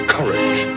Courage